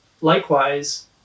Likewise